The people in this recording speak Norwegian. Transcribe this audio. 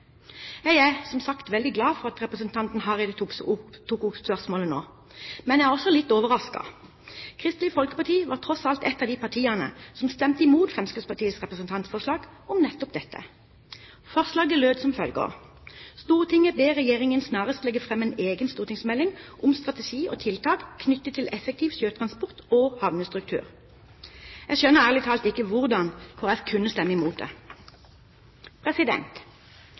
Jeg er som sagt veldig glad for at representanten Hareide tok opp spørsmålet nå, men jeg er også litt overrasket. Kristelig Folkeparti var tross alt et av partiene som stemte imot Fremskrittspartiets representantforslag om nettopp dette. Forslaget lød som følger: «Stortinget ber Regjeringen snarest legge frem en egen stortingsmelding om strategi og tiltak knyttet til effektiv sjøtransport og havnestruktur.» Jeg skjønner ærlig talt ikke hvordan Kristelig Folkeparti kunne stemme imot det.